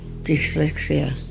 dyslexia